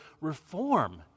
reform